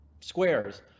squares